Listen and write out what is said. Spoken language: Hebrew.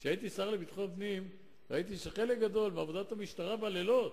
כשהייתי השר לביטחון פנים ראיתי שחלק גדול מעבודת המשטרה בלילות